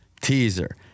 teaser